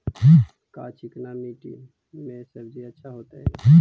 का चिकना मट्टी में सब्जी अच्छा होतै?